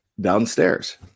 downstairs